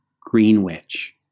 Greenwich